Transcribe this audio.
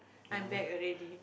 I'm back already